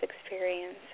experience